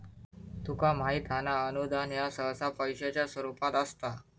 तुका माहित हां ना, अनुदान ह्या सहसा पैशाच्या स्वरूपात असता